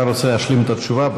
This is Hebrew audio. אם אתה רוצה להשלים את התשובה,